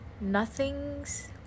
nothing's